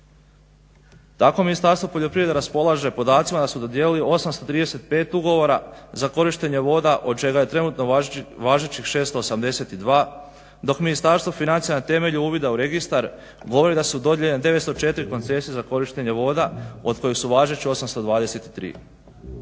Tako Ministarstvo poljoprivrede raspolaže podacima da su dodijelili 835 ugovora za korištenje voda od čega je trenutno važećih 682 dok Ministarstvo financija na temelju uvida u registar govori da su dodijeljene 904 koncesije za korištenje voda od kojih su važeće 823.